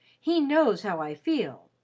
he knows how i feel.